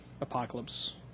Apocalypse